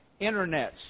internets